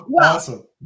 awesome